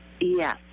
Yes